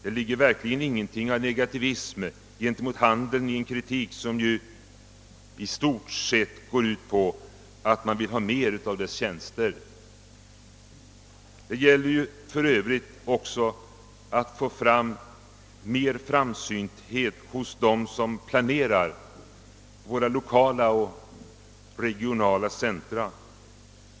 Det ligger ingenting av negativism gentemot handeln i en kritik som i stort sett går ut på att man vill ha mer av dess tjänster. Det gäller för övrigt också att få till stånd en större framsynthet hos dem som planerar våra lokala och regionala centra.